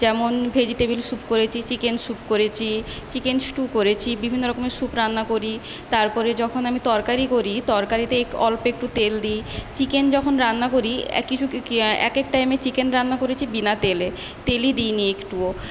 যেমন vegetable soup করেছি chicken soup করেছি চিকেন স্টু করেছি বিভিন্ন রকমের স্যুপ রান্না করি তারপরে যখন আমি তরকারি করি তরকারিতে এক অল্প একটু তেল দিই চিকেন যখন রান্না করি এক কিছু এক এক টাইমে চিকেন রান্না করেছি বিনা তেলে তেলই দিই নি একটুও